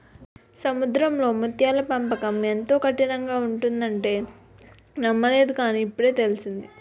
సముద్రంలో ముత్యాల పెంపకం ఎంతో కఠినంగా ఉంటుందంటే నమ్మలేదు కాని, ఇప్పుడే తెలిసింది